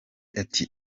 ati